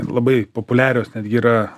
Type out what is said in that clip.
labai populiarios netgi yra